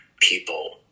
people